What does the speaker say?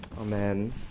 Amen